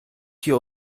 die